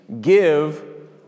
give